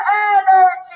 energy